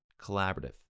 Collaborative